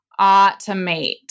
automate